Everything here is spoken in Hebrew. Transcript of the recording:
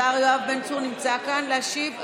השר יואב בן צור נמצא כאן להשיב?